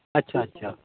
ᱟᱪᱪᱷᱟᱼᱟᱪᱪᱷᱟ